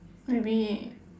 maybe